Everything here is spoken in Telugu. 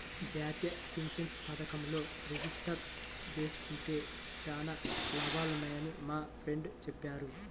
జాతీయ పెన్షన్ పథకంలో రిజిస్టర్ జేసుకుంటే చానా లాభాలున్నయ్యని మా ఫ్రెండు చెప్పాడు